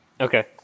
Okay